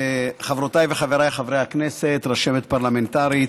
חברותיי וחבריי חברי הכנסת, רשמת פרלמנטרית,